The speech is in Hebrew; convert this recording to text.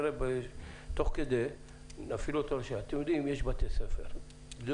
יש בתי ספר.